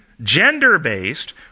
gender-based